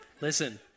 listen